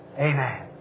Amen